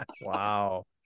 wow